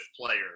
player